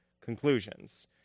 conclusions